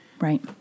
Right